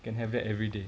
can have that everyday